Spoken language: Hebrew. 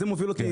זה מוביל אותי,